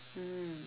mm